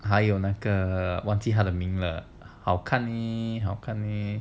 还有那个忘记他的名了好看呢好看呢